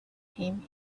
him